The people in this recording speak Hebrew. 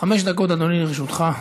חמש דקות, אדוני, לרשותך.